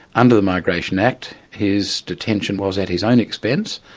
under the migration act his detention was at his own expense,